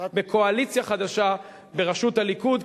בקואליציה חדשה בראשות הליכוד,